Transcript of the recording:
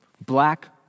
black